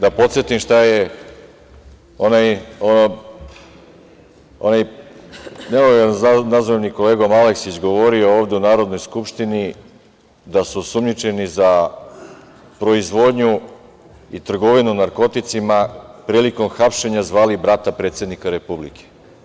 Da podsetim šta je onaj, ne mogu da ga nazovem kolegom, Aleksić govorio ovde u Narodnoj skupštini – da su osumnjičeni za proizvodnju i trgovinu narkoticima prilikom hapšenja zvali brata predsednika Republika.